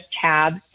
tab